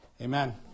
amen